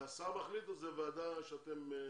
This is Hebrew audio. זה השר מחליט או שזו ועדה שאתם ממליצים?